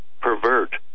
pervert